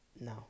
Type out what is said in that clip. No